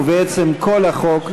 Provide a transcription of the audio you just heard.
ובעצם כל החוק,